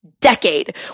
decade